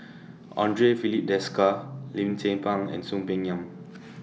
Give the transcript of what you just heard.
Andre Filipe Desker Lim Tze Peng and Soon Peng Yam